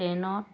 ট্ৰেইনত